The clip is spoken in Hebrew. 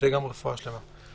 שתהיה רפואה שלמה.